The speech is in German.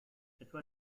etwa